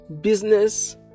Business